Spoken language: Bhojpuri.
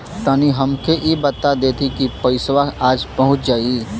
तनि हमके इ बता देती की पइसवा आज पहुँच जाई?